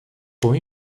com